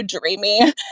dreamy